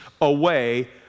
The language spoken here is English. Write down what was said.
away